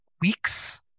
weeks